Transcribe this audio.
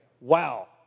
Wow